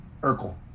Urkel